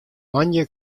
moandei